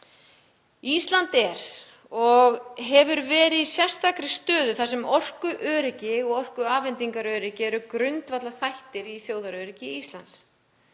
Ísland er og hefur verið í sérstakri stöðu þar sem orkuöryggi og orkuafhendingaröryggi eru grundvallarþættir í þjóðaröryggi Íslands.